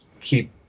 keep